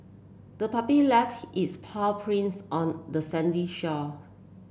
the puppy left its paw prints on the sandy shore